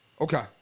Okay